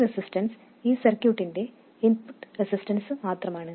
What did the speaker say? ഈ റെസിസ്റ്റൻസ് ഈ സർക്യൂട്ടിന്റെ ഇൻപുട്ട് റെസിസ്റ്റൻസ് മാത്രമാണ്